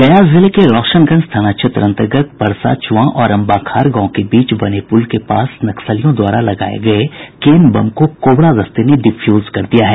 गया जिले के रौशनगंज थाना क्षेत्र अन्तर्गत परसाचुआं और अंबाखार गांव के बीच बने पुल के पास नक्सलियों द्वारा लगाये गये केन बम को कोबरा दस्ते ने डिफ्यूज कर दिया है